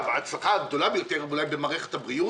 אחרת לא נשלב את האוכלוסיות האלה אף פעם בתוך שוק העבודה במדינת ישראל.